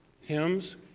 hymns